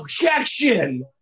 objection